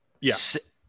Yes